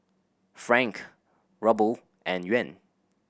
Franc Ruble and Yuan